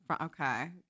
okay